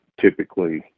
typically